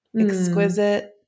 exquisite